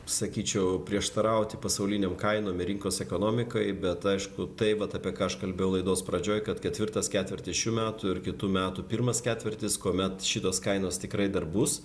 sakyčiau prieštarauti pasaulinėm kainom ir rinkos ekonomikai bet aišku tai vat apie ką aš kalbėjau laidos pradžioj kad ketvirtas ketvirtis šių metų ir kitų metų pirmas ketvirtis kuomet šitos kainos tikrai dar bus